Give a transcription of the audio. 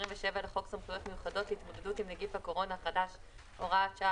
ו-27 לחוק סמכויות מיוחדות להתמודדות עם נגיף הקורונה החדש (הוראת שעה),